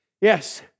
Yes